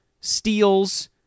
steals